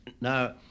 Now